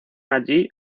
allí